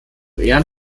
ehren